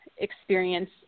experience